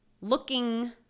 looking